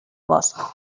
bosc